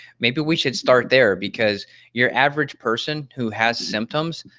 maybe we should start there because your average person who has symptoms,